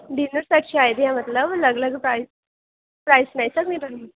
dinner set शैल जनेहा मतलब अलग अलग प्राईज़ प्राईज़ लैता भी